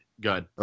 good